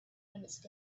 minutes